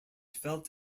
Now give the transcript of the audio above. felt